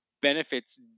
Benefits